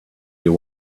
you